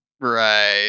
Right